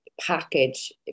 package